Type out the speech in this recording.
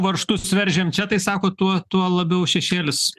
varžtus veržiam čia tai sakot tuo tuo labiau šešėlis